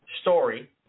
story